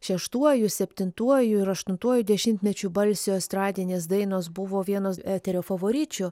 šeštuoju septintuoju ir aštuntuoju dešimtmečiu balsio estradinės dainos buvo vienos eterio favoričių